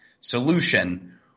solution